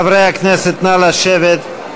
חברי הכנסת, נא לשבת.